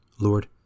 Lord